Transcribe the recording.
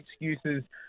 excuses